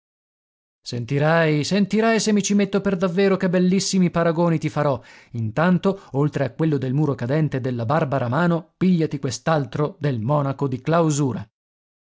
sentirai sentirai se mi ci metto per davvero che bellissimi paragoni ti farò intanto oltre a quello del muro cadente e della barbara mano pigliati quest'altro del monaco di clausura